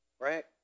right